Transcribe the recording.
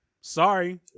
sorry